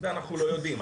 את זה אנחנו לא יודעים.